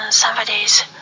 Somebody's